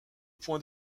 point